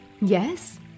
Yes